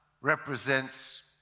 represents